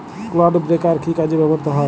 Clod breaker কি কাজে ব্যবহৃত হয়?